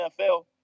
NFL